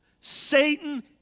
Satan